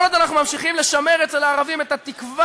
כל עוד אנחנו ממשיכים לשמר אצל הערבים את התקווה,